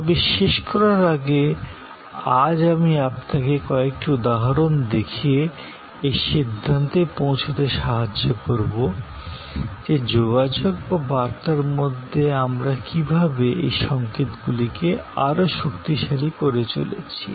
তবে শেষ করার আগে আজ আমি আপনাকে কয়েকটি উদাহরণ দেখিয়ে এই সিদ্ধান্তে পৌঁছতে সাহায্য করবো যে যোগাযোগ বা বার্তার মধ্যে আমরা কী ভাবে এই সংকেতগুলিকে আরও শক্তিশালী করে চলেছি